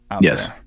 Yes